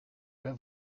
ben